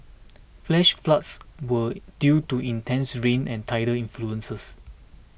flash floods were due to intense rain and tidal influences